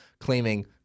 claiming